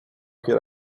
could